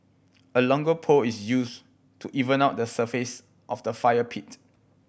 a longer pole is used to even out the surface of the fire pit